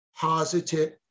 positive